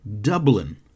Dublin